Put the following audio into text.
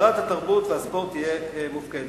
ששרת התרבות והספורט תהיה מופקדת.